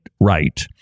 right